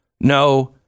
no